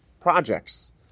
projects